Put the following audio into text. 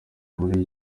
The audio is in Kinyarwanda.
muri